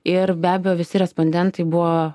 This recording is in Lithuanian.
ir be abejo visi respondentai buvo